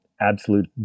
absolute